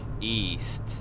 east